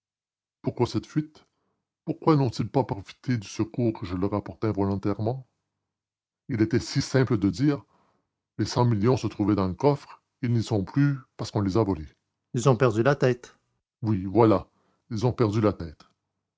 pourquoi cette fuite pourquoi n'ont-ils pas profité du secours que je leur apportais involontairement il était si simple de dire les cent millions se trouvaient dans le coffre ils n'y sont plus parce qu'on les a volés ils ont perdu la tête oui voilà ils ont perdu la tête